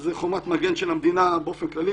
זה חומת מגן של המדינה באופן כללי.